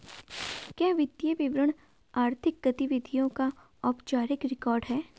क्या वित्तीय विवरण आर्थिक गतिविधियों का औपचारिक रिकॉर्ड है?